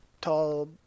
tall